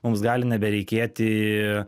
mums gali nebereikėti